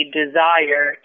desire